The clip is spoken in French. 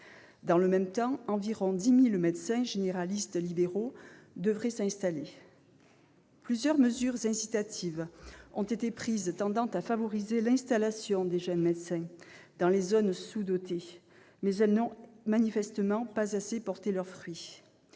Dans le même temps, environ 10 000 médecins généralistes libéraux devraient s'installer. Plusieurs mesures incitatives tendant à favoriser l'installation des jeunes médecins dans les zones sous-dotées ont été prises, mais elles n'ont manifestement pas assez porté leurs fruits